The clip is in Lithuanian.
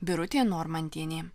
birutė normantienė